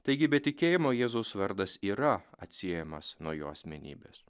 taigi be tikėjimo jėzus vardas yra atsiejamas nuo jo asmenybės